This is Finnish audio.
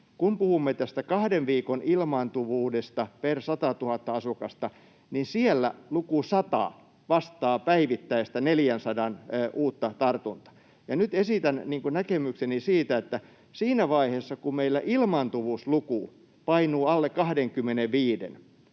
kun puhumme tästä kahden viikon ilmaantuvuudesta per 100 000 asukasta, niin siellä luku 100 vastaa 400:aa uutta päivittäistä tartuntaa. Ja nyt esitän näkemykseni siitä, että siinä vaiheessa, kun meillä ilmaantuvuusluku painuu alle 25:n